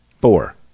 Four